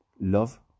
love